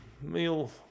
meal